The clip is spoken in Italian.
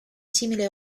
simile